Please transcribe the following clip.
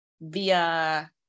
via